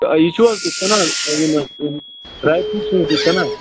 یہِ چھُو حظ تُہۍ کٕنان یم حظ یم ڈرٛاے فروٗٹ چھُو حظ تُہۍ کٕنان